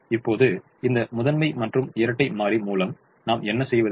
இப்போது இந்த முதன்மை மற்றும் இரட்டை மாறி மூலம் நாம் என்ன செய்வது